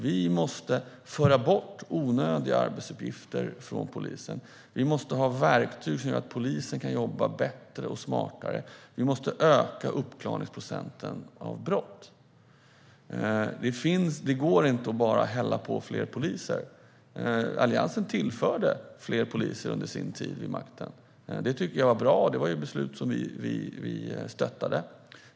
Vi måste föra bort onödiga arbetsuppgifter från polisen, och vi måste ha verktyg som gör att polisen kan jobba bättre och smartare. Vi måste öka uppklaringsprocenten av brott. Det går inte att bara hälla på fler poliser. Alliansen tillförde fler poliser under sin tid vid makten, och det tycker jag var bra. Det var ett beslut vi stöttade.